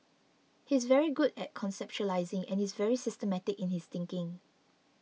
he's very good at conceptualising and is very systematic in his thinking